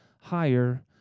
higher